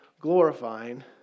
glorifying